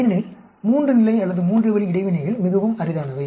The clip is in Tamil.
ஏனெனில் 3 நிலை அல்லது மூன்று வழி இடைவினைகள் மிகவும் அரிதானவை